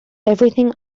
everything